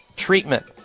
treatment